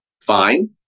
fine